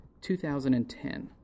2010